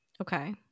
Okay